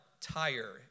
tire